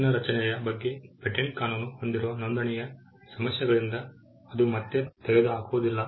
ಹಕ್ಕಿನ ರಚನೆಯ ಬಗ್ಗೆ ಪೇಟೆಂಟ್ ಕಾನೂನು ಹೊಂದಿರುವ ನೋಂದಣಿಯ ಸಮಸ್ಯೆಗಳಿಂದ ಅದು ಮತ್ತೆ ತೆಗೆದುಹಾಕುವುದಿಲ್ಲ